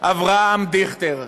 אבי דיכטר.